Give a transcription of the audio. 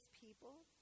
people